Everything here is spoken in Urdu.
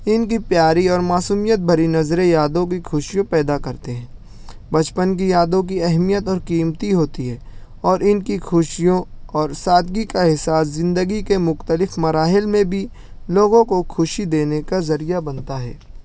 ان کی پیاری اور معصومیت بھری نظریں یادوں کی خوشی پیدا کرتے ہیں بچپن کی یادوں کی اہمیت اور قیمتی ہوتی ہے اور ان کی خوشیوں اور سادگی کا احاساس زندگی کے مختلف مراحل میں بھی لوگوں کو خوشی دینے کا ذریعہ بنتا ہے